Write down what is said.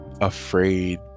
afraid